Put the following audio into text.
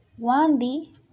Wandy